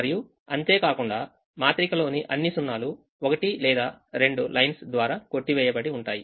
మరియు అంతే కాకుండామాత్రికలోని అన్ని సున్నాలు ఒకటి లేదారెండు లైన్స్ ద్వారా కొట్టివేయబడి ఉంటాయి